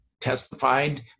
testified